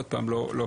עוד פעם, לא פנינה.